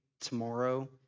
tomorrow